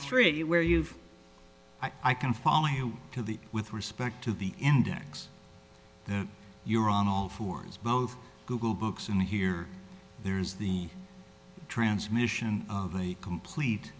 three where you've i can follow you to the with respect to the index there you're on all fours both google books and here there's the transmission of a complete